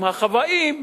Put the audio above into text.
לחוואים,